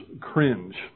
cringe